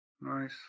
Nice